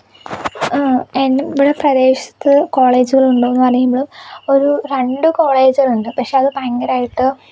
എൻ്റെ പ്രദേശത്ത് കോളേജുകൾ ഉണ്ടോയെന്ന് പറയുമ്പോൾ ഒരു രണ്ട് കോളേജുകൾ ഉണ്ട് പക്ഷെ അത് ഭയങ്കരമായിട്ട്